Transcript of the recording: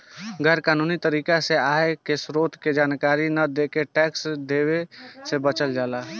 गैर कानूनी तरीका से आय के स्रोत के जानकारी न देके टैक्स देवे से बचल जाला